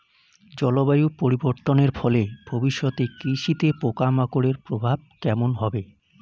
জলবায়ু পরিবর্তনের ফলে ভবিষ্যতে কৃষিতে পোকামাকড়ের প্রভাব কেমন হবে?